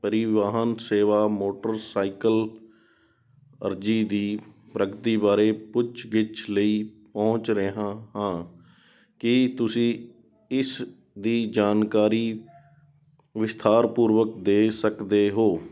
ਪਰਿਵਾਹਨ ਸੇਵਾ motorcycle ਅਰਜ਼ੀ ਦੀ ਪ੍ਰਗਤੀ ਬਾਰੇ ਪੁੱਛ ਗਿੱਛ ਲਈ ਪਹੁੰਚ ਰਿਹਾ ਹਾਂ ਕੀ ਤੁਸੀਂ ਇਸ ਦੀ ਜਾਣਕਾਰੀ ਵਿਸਥਾਰਪੂਰਵਕ ਦੇ ਸਕਦੇ ਹੋ